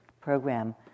program